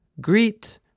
greet